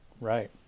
Right